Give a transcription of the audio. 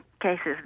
cases